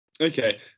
Okay